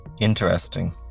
Interesting